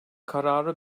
kararı